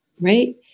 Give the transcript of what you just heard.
right